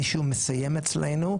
מישהו מסיים אצלנו,